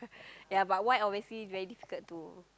ya but white obviously very difficult to